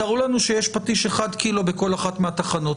תראו לנו שיש פטיש 1 קילו בכל אחת מהתחנות.